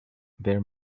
there